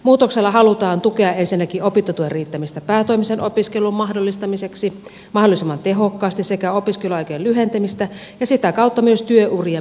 muutoksella halutaan tukea ensinnäkin opintotuen riittämistä päätoimisen opiskelun mahdollistamiseksi mahdollisimman tehokkaasti sekä opiskeluaikojen lyhentämistä ja sitä kautta myös työurien pidentämistä